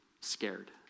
scared